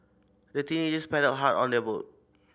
the teenagers paddled hard on their boat